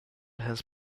has